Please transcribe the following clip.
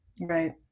Right